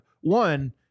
One